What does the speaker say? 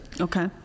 Okay